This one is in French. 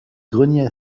greniers